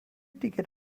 ticket